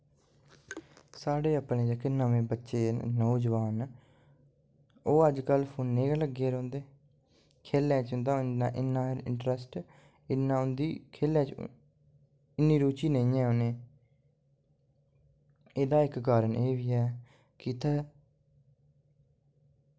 साढ़े अपने जेह्के नवें बच्चे न नोजोआन न ओह् अजकल्ल फोनें गै लग्गे दे रौहंदे खेलें च उंदा इन्ना इन्ना इंटरस्ट इन्ना उंदी खेल्ला च इन्नी रुचि नेईं ऐ उनें एह्दा इक कारण एह्बी ऐ कि इत्थै